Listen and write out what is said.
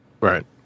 Right